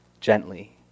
gently